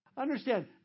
Understand